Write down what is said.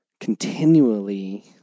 continually